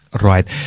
Right